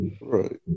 right